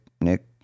Nick